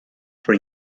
for